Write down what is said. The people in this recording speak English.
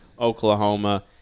Oklahoma